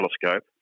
telescope